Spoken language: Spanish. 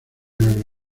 grandes